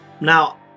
Now